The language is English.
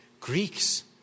Greeks